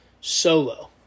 solo